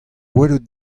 welet